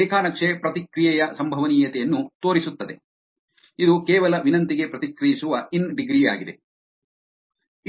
ಈ ರೇಖಾ ನಕ್ಷೆ ಪ್ರತಿಕ್ರಿಯೆಯ ಸಂಭವನೀಯತೆಯನ್ನು ತೋರಿಸುತ್ತದೆ ಇದು ಕೇವಲ ವಿನಂತಿಗೆ ಪ್ರತಿಕ್ರಿಯಿಸುವ ಇನ್ ಡಿಗ್ರಿ ಆಗಿದೆ